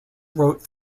wrote